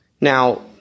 Now